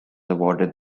awarded